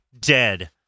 dead